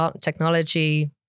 technology